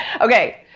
Okay